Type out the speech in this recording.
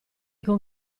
con